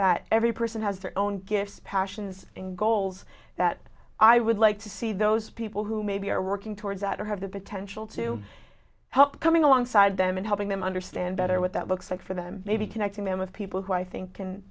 that every person has their own gifts passions and goals that i would like to see those people who maybe are working towards that or have the potential to help coming alongside them and helping them understand better what that looks like for them maybe connecting them with people who i think can